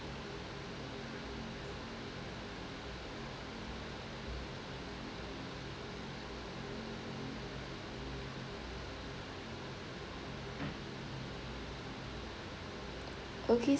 okay